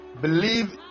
believe